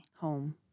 Home